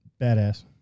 Badass